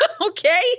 Okay